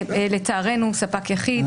לצערנו ספק יחיד,